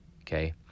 okay